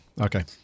okay